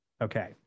okay